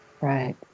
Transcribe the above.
right